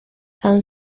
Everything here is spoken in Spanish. han